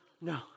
No